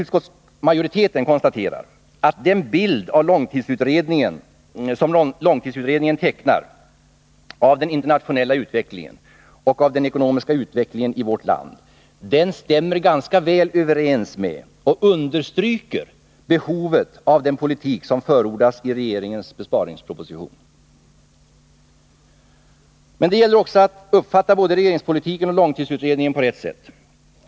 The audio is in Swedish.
Utskottsmajoriteten konstaterar att den bild som långtidsutredningen tecknar av den internationella utvecklingen och utvecklingen av svensk ekonomi stämmer ganska väl överens med och understryker behovet av den politik som förordas i regeringens besparingsproposition. Men det gäller då också att uppfatta både regeringspolitiken och långtidsutredningen på rätt sätt.